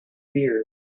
beard